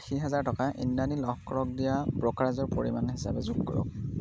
আশী হাজাৰ টকা ইন্দ্ৰাণী লহকৰক দিয়া ব্ৰ'কাৰেজৰ পৰিমাণ হিচাপে যোগ কৰক